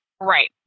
Right